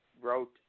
wrote